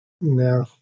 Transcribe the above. No